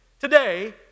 today